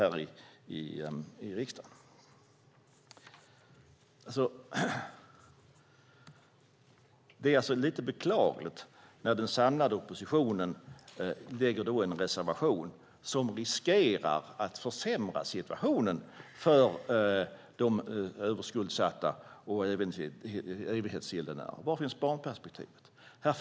Därför är det beklagligt att den samlade oppositionen avger en reservation som riskerar att försämra situationen för överskuldsatta och evighetsgäldenärer. Var finns barnperspektivet?